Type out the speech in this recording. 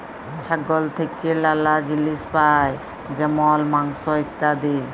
ছাগল থেক্যে লালা জিলিস পাই যেমল মাংস, ইত্যাদি